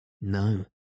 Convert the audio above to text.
No